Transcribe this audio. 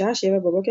בשעה שבע בבוקר,